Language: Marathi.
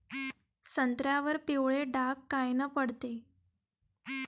संत्र्यावर पिवळे डाग कायनं पडते?